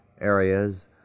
areas